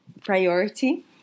priority